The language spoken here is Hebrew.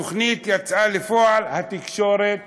התוכנית יצאה לפועל: התקשורת